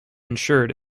ensured